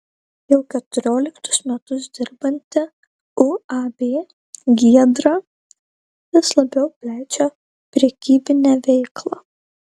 jau keturioliktus metus dirbanti uab giedra vis labiau plečia prekybinę veiklą